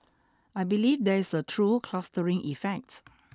I believe there is a true clustering effect